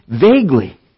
vaguely